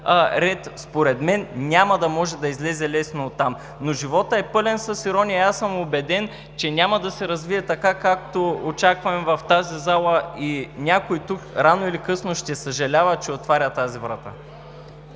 ред според мен няма да може да излезе лесно оттам. Животът е пълен с ирония и съм убеден, че няма да се развие както очакваме в тази зала, и някой тук рано или късно ще съжалява, че отваря тази врата.